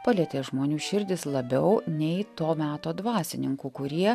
palietė žmonių širdis labiau nei to meto dvasininkų kurie